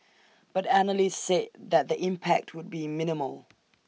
but analysts said that the impact would be minimal